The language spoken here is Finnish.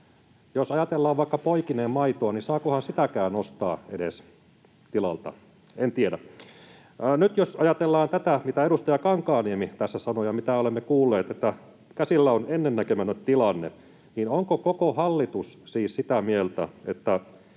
Jos ajatellaan vaikka poikineen maitoa, niin saakohan edes sitä ostaa tilalta? En tiedä. Nyt, jos ajatellaan tätä, mitä edustaja Kankaanniemi tässä sanoi ja mitä olemme kuulleet, että käsillä on ennennäkemätön tilanne, niin onko koko hallitus siis sitä mieltä, että